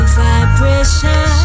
vibration